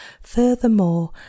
Furthermore